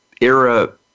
era